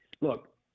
Look